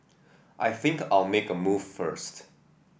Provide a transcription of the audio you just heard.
I think I'll make a move first